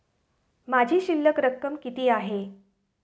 माझी शिल्लक रक्कम किती आहे?